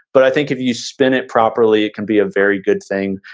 but i think if you spend it properly, it can be a very good thing.